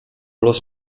los